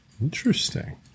Interesting